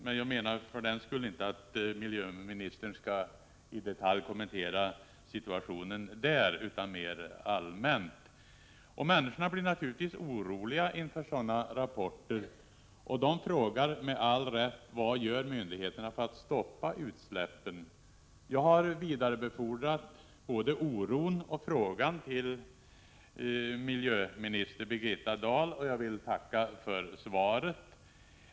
Men för den skull menar jag inte att miljöoch energiministern i detalj skall kommentera situationen där, utan jag vill ha en mera allmän redovisning. Människorna blir naturligtvis oroliga över sådana här rapporter. De frågar med all rätt: Vad gör myndigheterna för att stoppa utsläppen? Jag har vidarebefordrat både människornas oro och deras frågor till miljöoch energiminister Birgitta Dahl, som jag vill tacka för svaret.